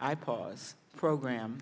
i pause program